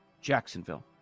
Jacksonville